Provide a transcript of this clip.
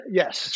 yes